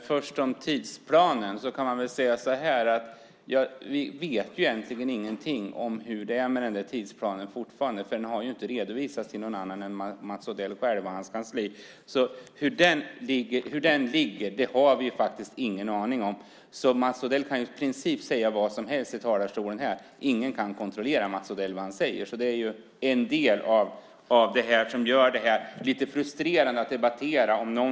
Fru talman! Vi vet fortfarande egentligen ingenting om hur det är med tidsplanen. Den har ju inte redovisats för någon annan än Mats Odell själv och hans kansli. Vi har faktiskt ingen aning om hur det ligger till med den. Mats Odell kan i princip säga vad som helst i talarstolen här; ingen kan kontrollera vad han säger. Det är en del av det som gör det lite frustrerande att debattera det här.